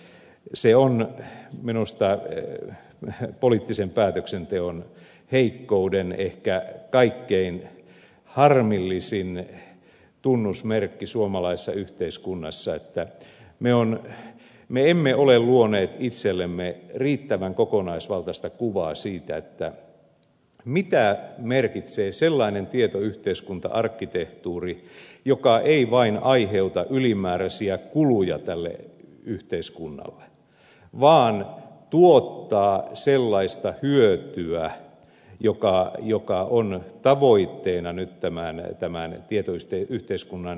se on minusta poliittisen päätöksenteon heikkouden ehkä kaikkein harmillisin tunnusmerkki suomalaisessa yhteiskunnassa että me emme ole luoneet itsellemme riittävän kokonaisvaltaista kuvaa siitä mitä merkitsee sellainen tietoyhteiskunta arkkitehtuuri joka ei vain aiheuta ylimääräisiä kuluja tälle yhteiskunnalle vaan tuottaa sellaista hyötyä joka on tavoitteena nyt tämän tietoyhteiskunnan kehittämisen kautta